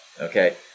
okay